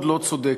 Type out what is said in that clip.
מאוד לא-צודקת,